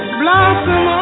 blossom